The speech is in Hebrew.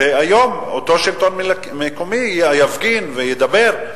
והיום אותו שלטון מקומי יפגין וידבר,